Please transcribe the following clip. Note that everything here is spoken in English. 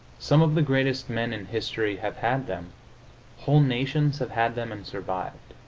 some of the greatest men in history have had them whole nations have had them and survived.